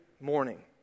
morning